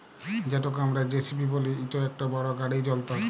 যেটকে আমরা জে.সি.বি ব্যলি ইট ইকট বড় গাড়ি যল্তর